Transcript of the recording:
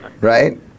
right